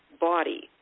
body